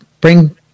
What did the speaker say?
bring